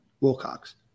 Wilcox